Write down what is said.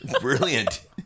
Brilliant